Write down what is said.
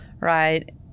Right